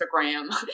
Instagram